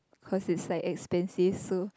because is like expensive so